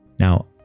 Now